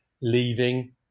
leaving